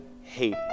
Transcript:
hate